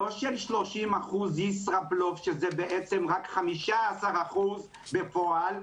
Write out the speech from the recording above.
לא של 30% ישראבלוף שזה רק 15% בפועל.